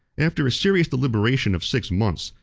after a serious deliberation of six months,